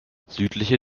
südliche